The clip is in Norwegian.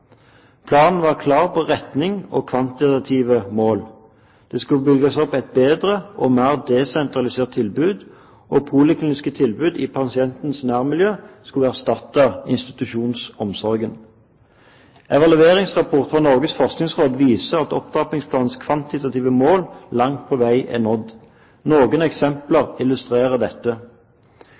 Planen var klar på retning og kvantitative mål. Det skulle bygges opp et bedre og mer desentralisert tilbud, og polikliniske tilbud i pasientens nærmiljø skulle erstatte institusjonsomsorgen. Evalueringsrapport fra Norges forskningsråd viser at opptrappingsplanens kvantitative mål langt på vei er nådd. Noen eksempler illustrerer dette: